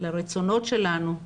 לרצונות שלנו,